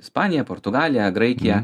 ispaniją portugaliją graikiją